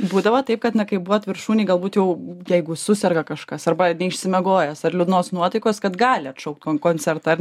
būdavo taip kad na kai buvot viršūnėj galbūt jau jeigu suserga kažkas arba neišsimiegojęs ar liūdnos nuotaikos kad gali atšaukt koncertą ar